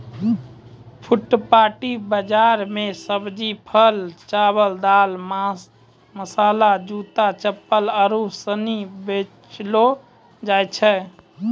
फुटपाटी बाजार मे सब्जी, फल, चावल, दाल, मसाला, जूता, चप्पल आरु सनी बेचलो जाय छै